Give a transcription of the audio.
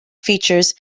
features